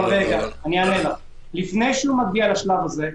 אבל לפני שהוא מגיע לשלב הזה,